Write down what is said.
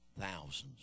thousands